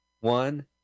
one